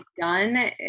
done